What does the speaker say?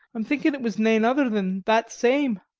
i'm thinkin' it was nane ither than that same!